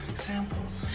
examples.